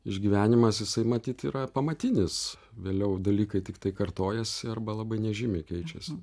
išgyvenimas jisai matyt yra pamatinis vėliau dalykai tiktai kartojasi arba labai nežymiai keičiasi